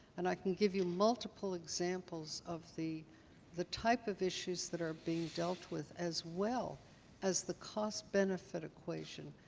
and i can give you multiple examples of the the type of issues that are being dealt with as well as the cost-benefit equation,